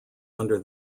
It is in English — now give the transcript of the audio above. under